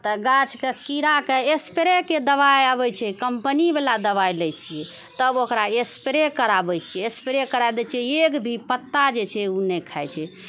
तऽ गाछ के कीड़ाके स्प्रेके दबाइ आबै छै कम्पनीवला दबाइ लै छियै तब ओकरा स्प्रे कराबै छियै स्प्रे कराए दै छियै एक भी पत्ता जे छै उ नहि खाइ छै